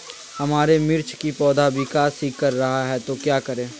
हमारे मिर्च कि पौधा विकास ही कर रहा है तो क्या करे?